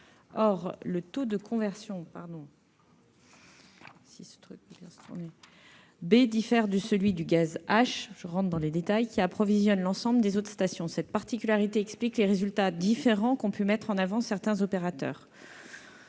or le taux de conversion B diffère de celui du gaz H- je rentre dans les détails -, qui approvisionne l'ensemble des autres stations. Cette particularité explique les résultats différents qu'ont pu mettre en avant certains opérateurs.